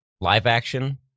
Live-action